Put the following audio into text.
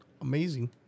amazing